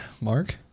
Mark